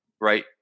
right